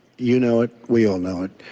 you know it, we all know it.